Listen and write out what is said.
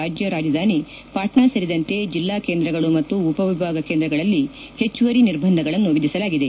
ರಾಜ್ಜ ರಾಜಧಾನಿ ಪಾಟ್ನಾ ಸೇರಿದಂತೆ ಜಿಲ್ಲಾ ಕೇಂದ್ರಗಳು ಮತ್ತು ಉಪವಿಭಾಗ ಕೇಂದ್ರಗಳಲ್ಲಿ ಹೆಚ್ಚುವರಿ ನಿರ್ಬಂಧಗಳನ್ನು ವಿಧಿಸಲಾಗಿದೆ